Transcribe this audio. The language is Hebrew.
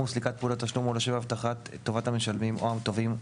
סליקת פעולות תשלום או לשם הבטחת טובת המשלמים או המוטבים,